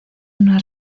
una